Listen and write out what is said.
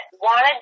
wanted